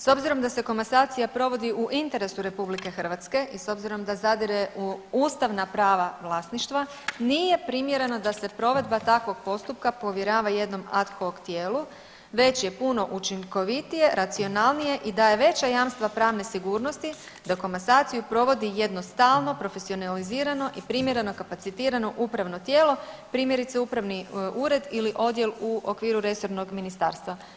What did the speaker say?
S obzirom da se komasacija provodi u interesu RH i s obzirom da zadire u ustavna prava vlasništva nije primjereno da se provedba takvog postupka povjerava jednom ad hoc tijelu već je puno učinkovitije, racionalnije i daje veća jamstva pravne sigurnosti da komasaciju provodi jedno stalno, profesionalizirano i primjereno kapacitirano upravno tijelo primjerice upravni ured ili odjel u okviru resornog ministarstva.